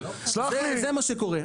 זה מה שקורה.